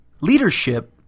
Leadership